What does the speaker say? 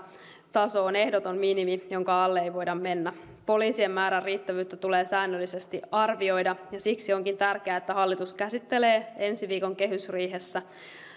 taso on ehdoton minimi jonka alle ei voida mennä poliisien määrän riittävyyttä tulee säännöllisesti arvioida ja siksi onkin tärkeää että hallitus käsittelee ensi viikon kehysriihessä